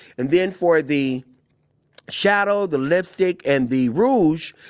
and then, for the shadow, the lipstick, and the rouge,